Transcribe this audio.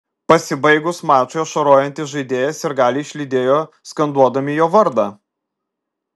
pasibaigus mačui ašarojantį žaidėją sirgaliai išlydėjo skanduodami jo vardą